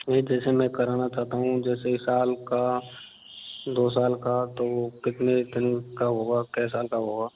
नहीं जैसे मैं कराना चाहता हूँ जैसे साल का दो साल का तो कितने दिन का होगा कैसा का होगा